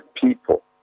people